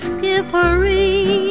Skippery